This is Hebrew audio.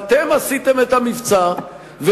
ואתם עשיתם את המבצע, אתה בירכת עליו.